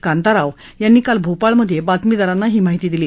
कांताराव यांनी काल भोपाळमधे बातमीदारांना ही माहिती दिली